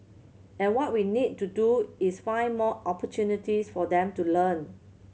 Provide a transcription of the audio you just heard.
and what we need to do is find more opportunities for them to learn